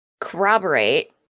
corroborate